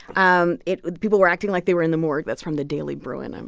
um it people were acting like they were in the morgue. that's from the daily bruin. and